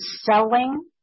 selling